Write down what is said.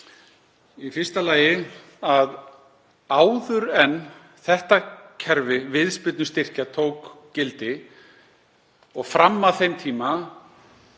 Í fyrsta lagi að áður en þetta kerfi viðspyrnustyrkja tók gildi og fram að þeim tíma